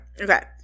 Okay